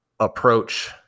approach